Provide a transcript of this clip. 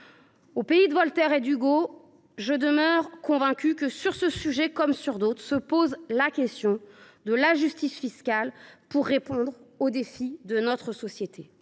au pays de Voltaire et de Hugo, je demeure convaincue que, sur ce sujet comme sur d’autres, la question de la justice fiscale se pose pour répondre aux défis de notre société.